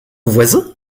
voisin